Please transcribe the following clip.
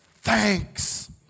thanks